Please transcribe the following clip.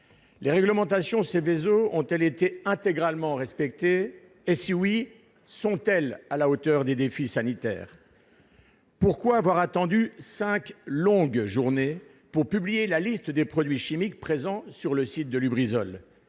Les réglementations Seveso ont-elles été intégralement respectées et, si tel est le cas, sont-elles à la hauteur des défis sanitaires ? Pourquoi avoir attendu cinq longues journées pour publier la liste des produits chimiques présents sur le site de l'usine Lubrizol ?